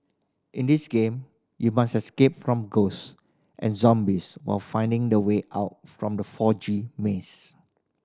in this game you must escape from ghost and zombies while finding the way out from the foggy maze